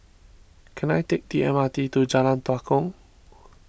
can I take the M R T to Jalan Tua Kong